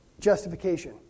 justification